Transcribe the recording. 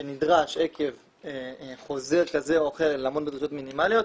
שנדרש עקב חוזר כזה או אחר לעמוד בדרישות מינימליות,